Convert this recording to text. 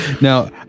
Now